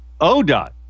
ODOT